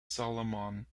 solomon